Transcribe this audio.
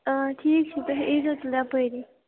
ٹھیٖک چھُ تُہۍ یِزیو تیٚلہِ یپٲری